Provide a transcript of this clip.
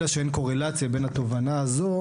אלא שאין קורלציה בין התובנה הזו,